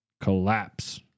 collapse